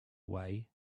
away